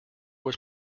was